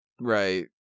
Right